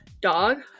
dog